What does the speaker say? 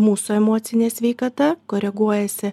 mūsų emocinė sveikata koreguojasi